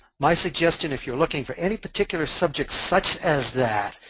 my suggestion if you're looking for any particular subjects such as that,